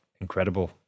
incredible